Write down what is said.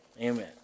Amen